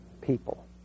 people